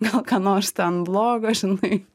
gal ką nors ten blogo žinai